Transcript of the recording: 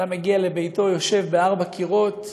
אדם מגיע לביתו, יושב בין ארבעה קירות,